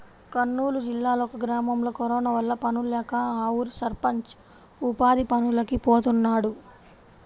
కర్నూలు జిల్లాలో ఒక గ్రామంలో కరోనా వల్ల పనుల్లేక ఆ ఊరి సర్పంచ్ ఉపాధి పనులకి పోతున్నాడు